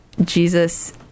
Jesus